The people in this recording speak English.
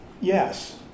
Yes